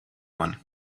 one